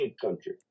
country